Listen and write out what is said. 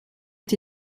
est